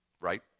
Right